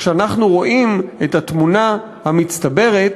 כשאנחנו רואים את התמונה המצטברת,